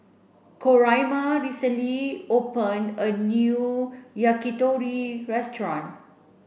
Coraima recently opened a new Yakitori restaurant